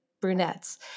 brunettes